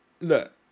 Look